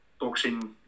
boxing